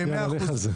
יאללה, לך על זה.